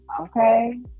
Okay